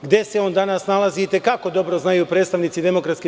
Gde se on danas nalazi i te kako dobro znaju predstavnici DS.